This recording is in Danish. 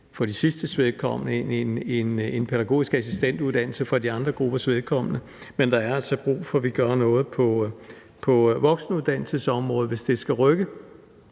og de andre grupper tager en pædagogisk assistentuddannelse, men der er altså brug for, at vi gør noget på voksenuddannelsesområdet, hvis det skal rykke.